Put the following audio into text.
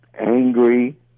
angry